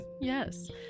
yes